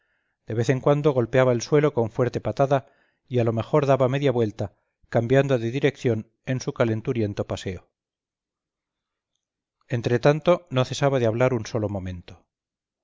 de vez en cuando golpeaba el suelo con fuerte patada y a lo mejor daba media vuelta cambiando de dirección en su calenturiento paseo entretanto no cesaba de hablar un solo momento